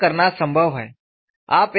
ऐसा करना संभव है